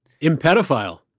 impedophile